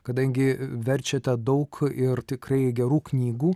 kadangi verčiate daug ir tikrai gerų knygų